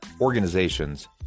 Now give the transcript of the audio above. organizations